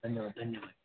धन्यवाद धन्यवाद